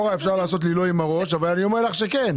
אפשר להגיד לי לא עם הראש אבל אני אומר לך כן.